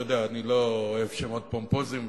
אתה יודע שאני לא אוהב שמות פומפוזיים,